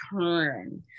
turn